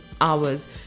hours